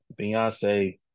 Beyonce